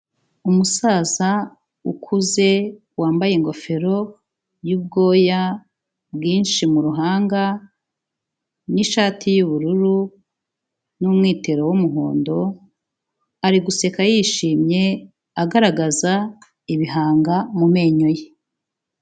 Umusaza ukuze wambaye ingofero y'ubwoya bwinshi mu ruhanga n'ishati y'ubururu n'umwitero w'umuhondo, ari guseka yishimye, agaragaza ibihanga mu menyo ye.